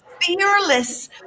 fearless